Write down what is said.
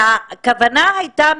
והכוונה הייתה,